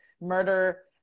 murder